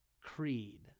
Creed